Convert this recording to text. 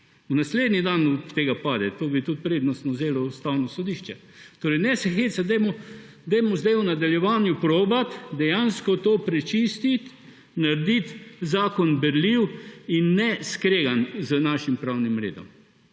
naslednji dan od tega pade. To bi tudi prednostno vzelo Ustavno sodišče. Torej ne se hecati, dajmo zdaj v nadaljevanju poskusiti dejansko to prečistiti, narediti zakon berljiv in ne skregan z našim pravnim redom